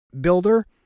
builder